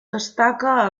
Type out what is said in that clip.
destaca